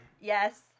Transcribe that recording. Yes